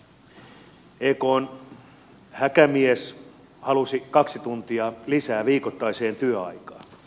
ekn häkämies halusi kaksi tuntia lisää viikoittaiseen työaikaan